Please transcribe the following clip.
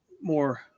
more